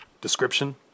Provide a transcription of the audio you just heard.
Description